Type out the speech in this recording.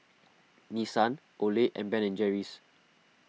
Nissan Olay and Ben and Jerry's